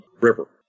river